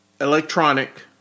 electronic